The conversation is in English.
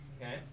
Okay